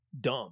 dumb